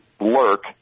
lurk